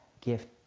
gift